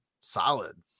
solid